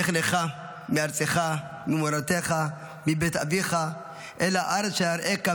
"לך לך מארצך וממולדתך ומבית אביך אל הארץ אשר אראך",